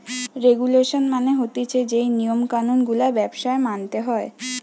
regulation মানে হতিছে যেই নিয়ম কানুন গুলা ব্যবসায় মানতে হয়